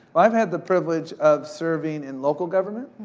i've had the privilege of serving in local government,